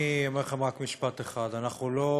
אני אומר לכם רק משפט אחד: אנחנו לא